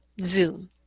Zoom